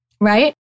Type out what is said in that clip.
right